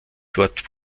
dort